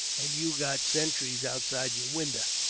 and you've got sentries outside your windows.